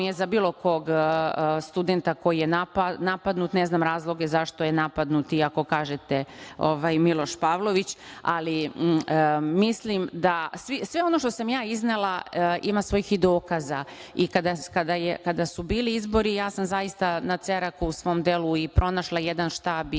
je za bilo kog studenta koji je napadnut. Ne znam razloge zašto je napadnut Miloš Pavlović, ali mislim da sve ono što sam ja iznela ima svojih dokaza i kada su bili izbori ja sam zaista na Ceraku u svom delu pronašla jedan štab